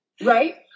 Right